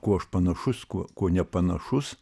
kuo aš panašus kuo kuo nepanašus